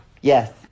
Yes